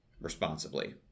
responsibly